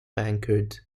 anchored